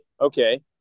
okay